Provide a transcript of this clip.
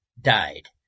died